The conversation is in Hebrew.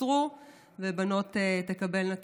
יתקצרו ובנות תקבלנה טיפול.